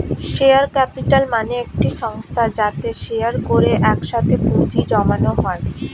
share capital মানে একটি সংস্থা যাতে শেয়ার করে একসাথে পুঁজি জমানো হয়